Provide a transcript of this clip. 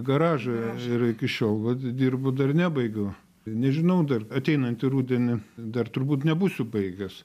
garažą ir iki šiol vat dirbu dar nebaigiu nežinau dar ateinantį rudenį dar turbūt nebūsiu baigęs